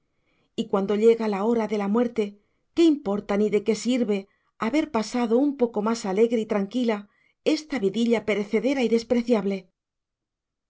y cuando llega la hora de la muerte qué importa ni de qué sirve haber pasado un poco más alegre y tranquila esta vidilla perecedera y despreciable